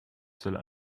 zelle